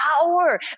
power